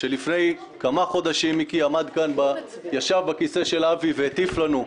שלפני כמה חודשים מיקי ישב בכיסא של אבי והטיף לנו.